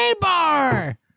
bar